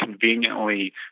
conveniently